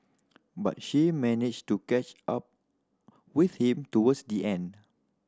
but she managed to catch up with him towards the end